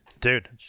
Dude